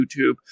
YouTube